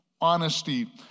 honesty